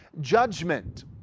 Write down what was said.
judgment